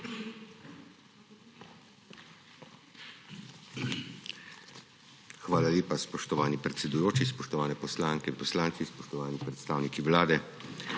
Hvala lepa, spoštovani predsedujoči. Spoštovane poslanke in poslanci, spoštovani predstavniki Vlade,